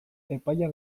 epaia